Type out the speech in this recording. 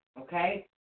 Okay